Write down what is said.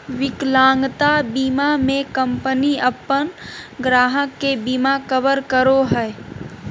विकलांगता बीमा में कंपनी अपन ग्राहक के बिमा कवर करो हइ